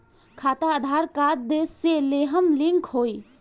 खाता आधार कार्ड से लेहम लिंक होई?